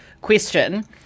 question